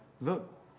look